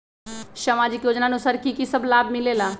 समाजिक योजनानुसार कि कि सब लाब मिलीला?